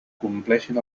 compleixin